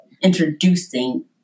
introducing